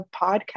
podcast